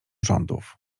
rządów